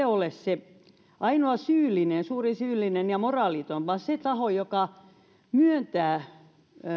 ole se ainoa suurin syyllinen ja moraaliton vaan se taho joka myöntää